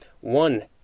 One